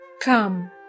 come